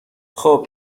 خوب